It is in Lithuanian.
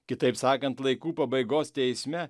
kitaip sakant laikų pabaigos teisme